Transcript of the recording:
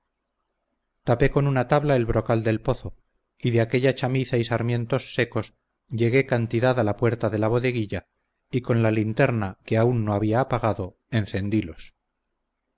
tapé con una tabla el brocal del pozo y de aquella chamiza y sarmientos secos llegué cantidad a la puerta de la bodeguilla y con la linterna que aun no había apagado encendilos